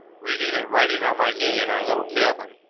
reading and writing on my knee, in our little cabin,